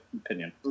opinion